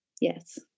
yes